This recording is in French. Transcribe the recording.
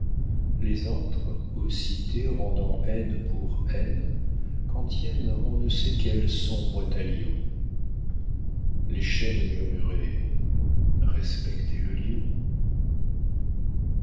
les antres aux cités rendant haines pour haines contiennent on ne sait quel sombre talion les chênes murmuraient respectez le lion